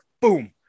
boom